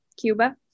Cuba